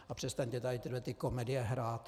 A přestaňte tady tyhlety komedie hrát.